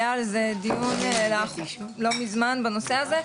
היה על זה דיון לא מזמן בנושא הזה,